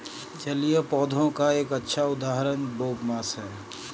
जलीय पौधों का एक अच्छा उदाहरण बोगमास है